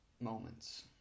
moments